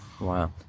Wow